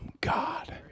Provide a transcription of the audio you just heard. God